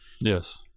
Yes